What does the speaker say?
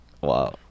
Wow